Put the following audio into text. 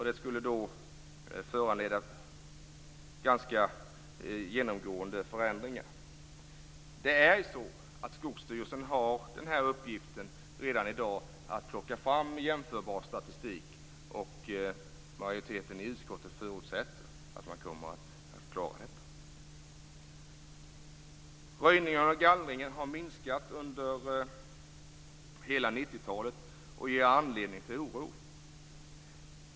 Det skulle föranleda ganska genomgående förändringar. Det är Skogsstyrelsens uppgift redan i dag att ta fram en jämförbar statistik. Majoriteten i utskottet förutsätter att man kommer att klara detta. Röjningen och gallringen har minskat under hela 90-talet och ger anledning till oro.